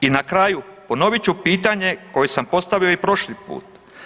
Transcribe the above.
I na kraju, ponovit ću pitanje koje sam postavio i prošli put.